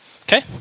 Okay